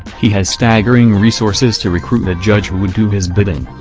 he has staggering resources to recruit a judge who would do his bidding.